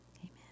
Amen